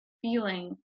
feeling